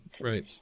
Right